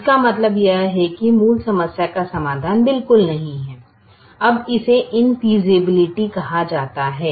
इसका मतलब यह है कि मूल समस्या का समाधान बिल्कुल नहीं है अब इसे इंफ़ेयसिबिलिटी कहा जाता है